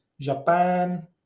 Japan